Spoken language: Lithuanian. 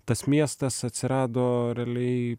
tas miestas atsirado realiai